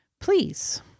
please